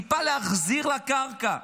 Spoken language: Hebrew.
טיפה להחזיר לקרקע.